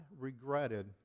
regretted